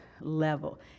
level